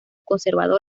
conservador